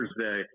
Thursday